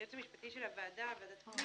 היועץ המשפטי של ועדת הפנים